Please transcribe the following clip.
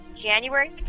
January